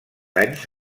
anys